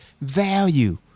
value